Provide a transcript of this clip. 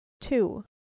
two